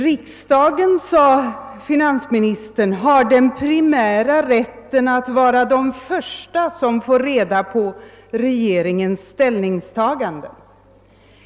Finansministern framhöll att riksdagen har den primära rätten att vara den första som får reda på regeringens ställningstagande.